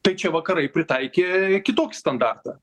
tai čia vakarai pritaikė kitokį standartą